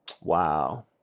Wow